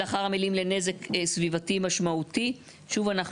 לאחר המילים "לנזק סביבתי משמעותי" שוב אנחנו